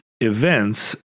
events